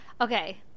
okay